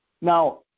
Now